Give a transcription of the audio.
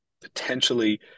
potentially